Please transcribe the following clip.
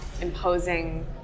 imposing